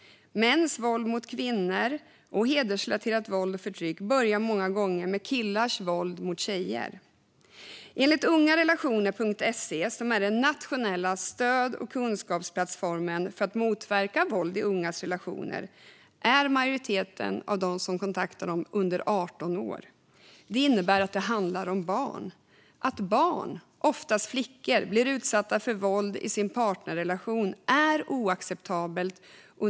Mäns våld mot kvinnor och hedersrelaterat våld och förtryck börjar många gånger med killars våld mot tjejer. Enligt Ungarelationer.se, som är den nationella stöd och kunskapsplattformen för att motverka våld i ungas relationer, är majoriteten av dem som kontaktar dem under 18 år. Det innebär att det handlar om barn. Att barn, oftast flickor, blir utsatta för våld i sin partnerrelation är oacceptabelt.